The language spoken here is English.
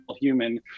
human